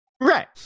Right